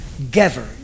Gever